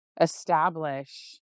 establish